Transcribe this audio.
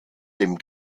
dem